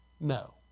No